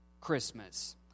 Christmas